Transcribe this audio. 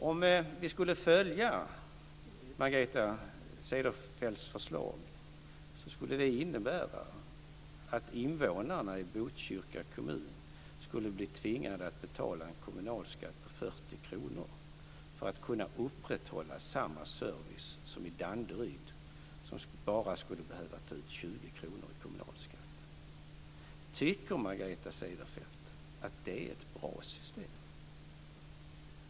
Om vi skulle följa Margareta Cederfelts förslag skulle det innebära att invånarna i Botkyrka skulle tvingas att betala en kommunalskatt på 40 kr för att kommunen skulle kunna upprätthålla samma service som i Danderyd, som bara skulle behöva ta ut 20 kr i kommunalskatt. Tycker Margareta Cederfelt att det är ett bra system?